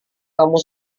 kamu